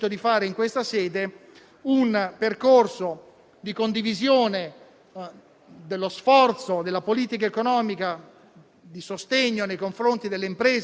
Abbiamo il dovere di fare un discorso di verità agli italiani e di assumerci la responsabilità, sul fronte della politica economica, di proseguire